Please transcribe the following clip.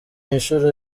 inshuro